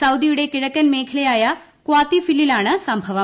സൌദിയുടെ കിഴക്കൻ മേഖലയായ കാത്തിഫില്ലിലാണ് സംഭവം